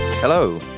Hello